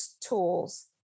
tools